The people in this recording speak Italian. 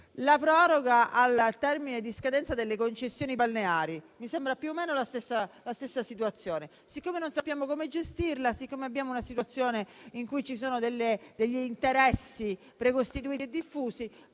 la proroga al termine di scadenza delle concessioni balneari. Mi sembra più o meno la stessa situazione: siccome non sappiamo come gestirla, e ci sono degli interessi precostituiti e diffusi,